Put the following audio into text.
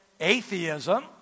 atheism